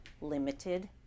limited